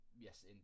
yes